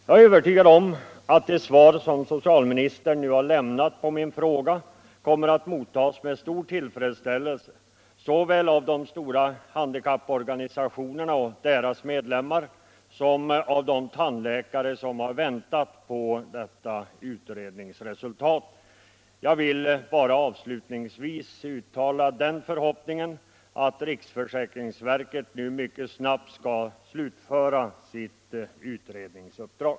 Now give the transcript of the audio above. Jag är övertygad om att det svar socialministern nu har lämnat kommer att mottas med stor tillfredsställelse såväl av de stora handikapporganisationerna och deras medlemmar som av de tandläkare som har väntat på detta utredningsresultat. : Jag vill bara avslutningsvis uttala den förhoppningen att riksförsäkringsverket nu mycket snabbt skall slutföra sitt utredningsuppdrag.